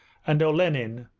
and olenin,